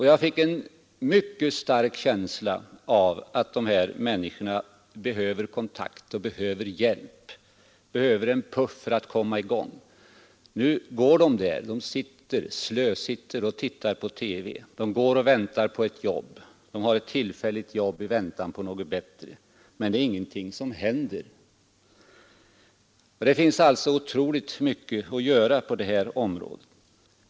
Jag fick en mycket stark känsla av att de här människorna behöver kontakt, behöver hjälp, behöver en knuff för att komma i gång. Nu går de där, slösitter och tittar på TV, väntar på ett jobb — de har ett tillfälligt jobb i väntan på något bättre — men ingenting händer. Det finns alltså otroligt mycket att göra på det här området.